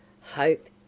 hope